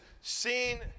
seen